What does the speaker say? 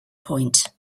point